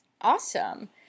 Awesome